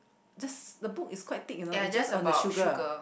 just the book is quite thick you know it's just on the sugar